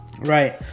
Right